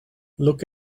look